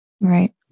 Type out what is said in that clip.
Right